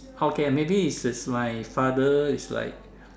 okay maybe it's it's like my father is like